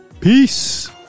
Peace